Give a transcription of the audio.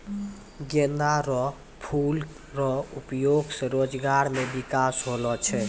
गेंदा रो फूल रो उपयोग से रोजगार मे बिकास होलो छै